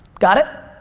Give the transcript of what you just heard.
got it?